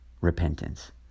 repentance